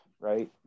right